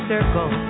Circle